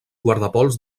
guardapols